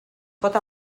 pot